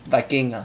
viking ah